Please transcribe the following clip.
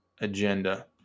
agenda